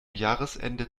jahresende